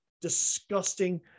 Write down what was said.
disgusting